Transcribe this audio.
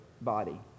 body